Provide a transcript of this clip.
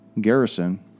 garrison